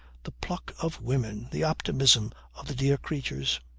the pluck of women! the optimism of the dear creatures!